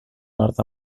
nord